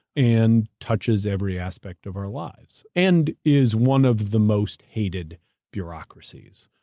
and touches every aspect of our lives, and is one of the most hated bureaucracies.